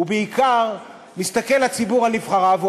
ובעיקר מסתכל הציבור על נבחריו,